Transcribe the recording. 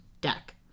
deck